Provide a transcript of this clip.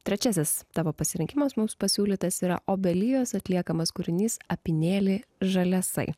trečiasis tavo pasirinkimas mums pasiūlytas yra obelijos atliekamas kūrinys apynėliai žaliasai